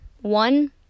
One